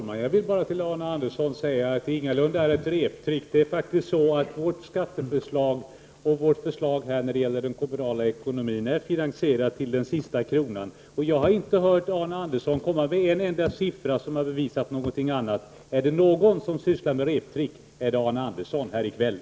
Herr talman! Det är ingalunda ett reptrick, Arne Andersson i Gamleby. Vårt skatteförslag och vårt förslag när det gäller den kommunala ekonomin är finansierat till den sista kronan. Jag har inte hört Arne Andersson ge någon siffra som bevisar något annat. Den som sysslar med reptrick här i kväll är Arne Andersson.